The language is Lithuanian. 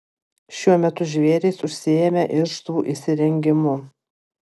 šiuo metu žvėrys užsiėmę irštvų įsirengimu